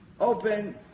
Open